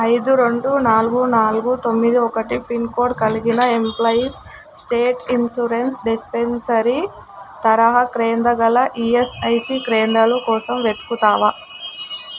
ఐదు రెండు నాలుగు నాలుగు తొమ్మిది ఒకటి పిన్కోడ్ కలిగిన ఎంప్లాయీస్ స్టేట్ ఇన్షూరెన్స్ డిస్పెన్సరీ తరహా కేంద్రం గల ఈఎస్ఐసి కేంద్రాల కోసం వెతుకుతావా